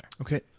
Okay